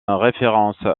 référence